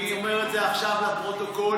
אני אומר את זה עכשיו לפרוטוקול.